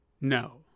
no